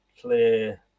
clear